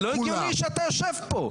זה לא הגיוני שאתה יושב פה.